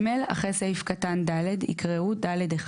; (ג) אחרי סעיף קטן (ד) יקראו: "(ד1)